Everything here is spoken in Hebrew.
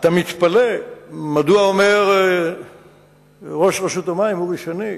אתה מתפלא מדוע אומר ראש רשות המים, אורי שני,